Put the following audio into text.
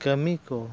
ᱠᱟᱹᱢᱤ ᱠᱚ